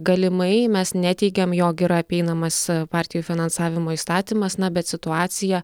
galimai mes neteigiam jog yra apeinamas partijų finansavimo įstatymas na bet situacija